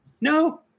No